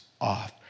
off